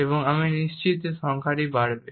এবং আমি নিশ্চিত যে সংখ্যা বাড়বে